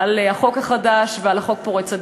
על החוק החדש, החוק פורץ הדרך.